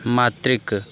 मातृक